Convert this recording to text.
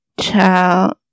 child